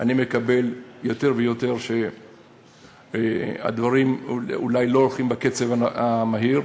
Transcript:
אני מקבל יותר ויותר שהדברים אולי לא הולכים בקצב המהיר.